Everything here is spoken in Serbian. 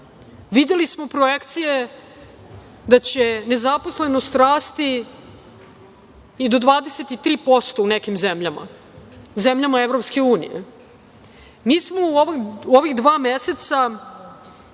Videli smo projekcije da će nezaposlenost rasti i do 23% u nekim zemljama, zemljama EU. Mi smo u ovih dva meseca